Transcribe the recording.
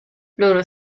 loro